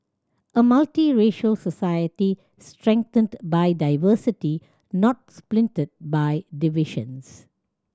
a multiracial society strengthened by diversity not splintered by divisions